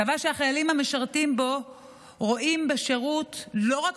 צבא שהחיילים המשרתים בו רואים בשירות לא רק